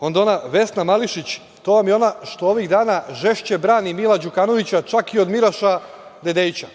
onda ona Vesna Mališić, to vam je ona što ovih dana žešće brani Mila Đukanovića čak i od Miraša Dedeića.